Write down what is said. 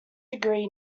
degree